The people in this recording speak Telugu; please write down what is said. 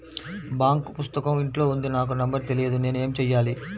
బాంక్ పుస్తకం ఇంట్లో ఉంది నాకు నంబర్ తెలియదు నేను ఏమి చెయ్యాలి?